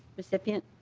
recipient.